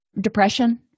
depression